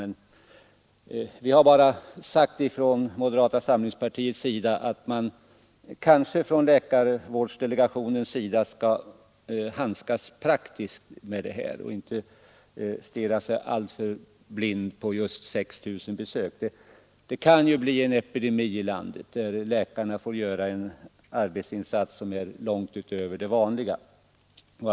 Men vi har från moderata samlingspartiets sida sagt att läkarvårdsdelegationen kanske bör handskas praktiskt med denna bestämmelse och inte stirra sig blind på siffran 6 000. Det kan ju bli en epidemi i landet, då läkarna får göra en arbetsinsats som är långt utöver den vanliga.